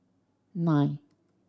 nine